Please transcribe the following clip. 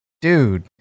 Dude